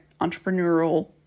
entrepreneurial